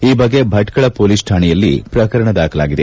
ಈ ಬಗ್ಗೆ ಭಟ್ಕಳ ಮೋಲೀಸ್ ಕಾಣೆಯಲ್ಲಿ ಪ್ರಕರಣ ದಾಖಲಾಗಿದೆ